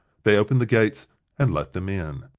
they opened the gates and let them in.